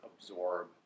absorb